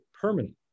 permanent